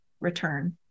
return